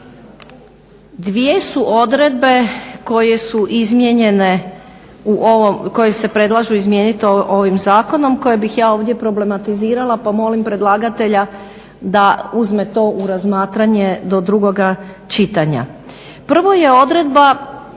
Dvije su odredbe koje su izmijenjen, koje se predlažu izmijenit ovim zakonom, koje bih ja ovdje problematizirala pa molim predlagatelja da uzme to u razmatranje do drugoga čitanja. Prvo je odredba